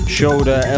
shoulder